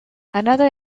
another